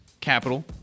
capital